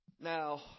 Now